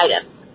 items